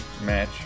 match